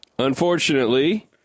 Unfortunately